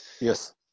yes